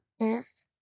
Yes